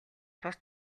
тус